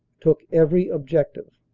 took every objective.